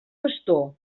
bastó